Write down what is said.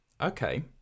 Okay